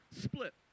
split